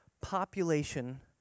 population